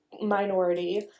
minority